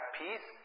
peace